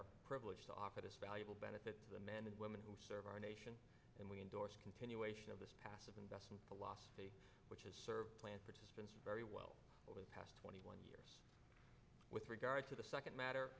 are privileged to office valuable benefit the men and women who serve our nation and we endorse a continuation of this passive investment philosophy which has served plan participants very well over the past twenty one years with regard to the second matter